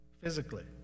physically